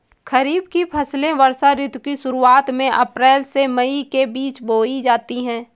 खरीफ की फसलें वर्षा ऋतु की शुरुआत में अप्रैल से मई के बीच बोई जाती हैं